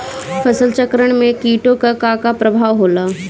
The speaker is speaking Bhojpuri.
फसल चक्रण में कीटो का का परभाव होला?